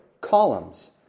columns